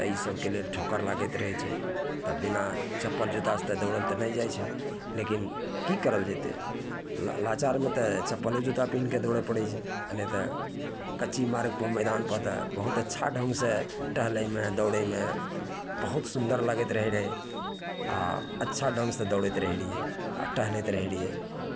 तऽ ई सबके लेल ठोकर लागैत रहै छै बिना चप्पल जुत्तासे तऽ दौड़ल तऽ नहि जाइ छै लेकिन कि करल जएतै ला लाचारमे तऽ चप्पले जुत्ता पिन्हिके दौड़ै पड़ै छै आओर नहि तऽ कच्ची मार्गपर मैदानपर तऽ बहुत अच्छा ढङ्गसे टहलैमे दौड़ैमे बहुत सुन्दर लागैत रहै रहै आओर अच्छा ढङ्गसे दौड़ैत रहै रहिए आओर टहलैत रहै रहैए